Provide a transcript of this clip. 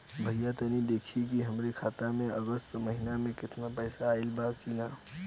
भईया तनि देखती की हमरे खाता मे अगस्त महीना में क पैसा आईल बा की ना?